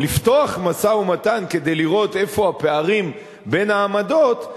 לפתוח משא-ומתן כדי לראות איפה הפערים בין העמדות,